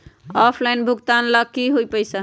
Offline भुगतान हो ला कि पईसा?